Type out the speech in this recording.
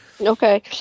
Okay